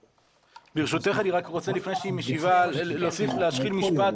ברשותך אני רוצה לפני שהיא משיבה להשחיל משפט